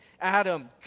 Adam